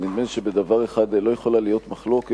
אבל נדמה לי שבדבר אחד לא יכולה להיות מחלוקת: